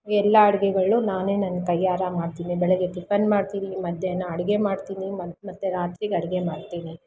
ಎಲ್ಲ ಅಡುಗೆಗಳು ನಾನೇ ನನ್ನ ಕೈಯಾರೆ ಮಾಡ್ತೀನಿ ಬೆಳಗ್ಗೆ ಟಿಫನ್ ಮಾಡ್ತೀನಿ ಮಧ್ಯಾಹ್ನ ಅಡುಗೆ ಮಾಡ್ತೀನಿ ಮತ್ತು ರಾತ್ರಿಗೆ ಅಡುಗೆ ಮಾಡ್ತೀನಿ